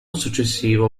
successivo